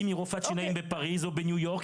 אם היא רופאת שיניים בפריז או בניו יורק,